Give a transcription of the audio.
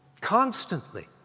constantly